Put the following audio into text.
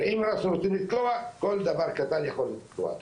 הרי אם אנחנו רוצים לתקוע, כל דבר קטן יכול לתקוע.